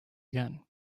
again